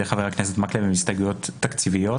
חבר הכנסת מקלב הן הסתייגויות תקציביות,